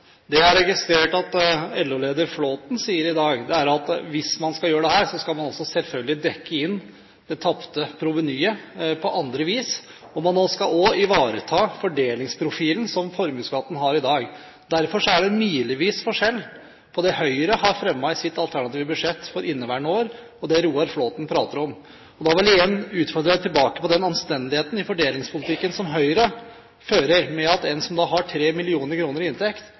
dag at hvis man skal gjøre dette, skal man selvfølgelig dekke inn det tapte provenyet på andre vis, og man skal òg ivareta fordelingsprofilen som formuesskatten har i dag. Derfor er det milevis forskjell på det Høyre har fremmet i sitt alternative budsjett for inneværende år, og det Roar Flåthen prater om. Da vil jeg igjen utfordre på den anstendigheten i fordelingspolitikken som Høyre fører, med at en som har 3 mill. kr i inntekt, får 60 000 kr i skattelette, mens en som har 150 000 kr i inntekt,